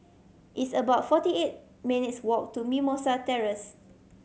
it's about forty eight minutes' walk to Mimosa Terrace